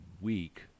week